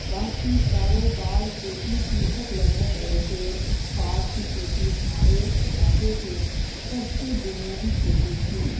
باقی کاروبار کھیتی کی شکل میں جیسے پاٹ کی کھیتی ہمارے علاقے کے سب سے بنیادی کھیتی تھی